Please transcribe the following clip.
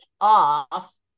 off